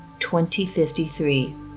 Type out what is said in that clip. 2053